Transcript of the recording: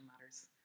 matters